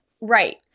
Right